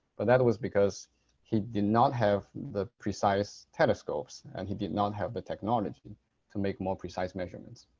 but that was because he did not have the precise telescopes and he did not have the technology to make more precise measurements.